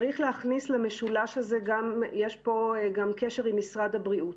צריך להכניס למשולש הזה את הקשר עם משרד הבריאות.